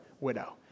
widow